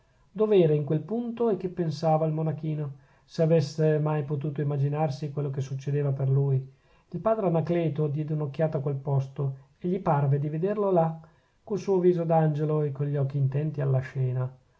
dov'era in quel punto e che pensava il monachino se avesse mai potuto immaginarsi quello che succedeva per lui il padre anacleto diede un'occhiata a quel posto e gli parve di vederlo là col suo viso d'angelo e con gli occhi intenti alla scena